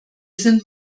sind